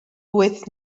wyth